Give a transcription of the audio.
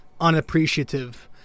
unappreciative